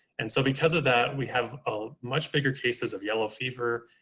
and so because of that, we have a much bigger cases of yellow fever,